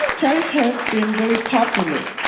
chavez has been very popular,